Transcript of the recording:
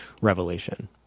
revelation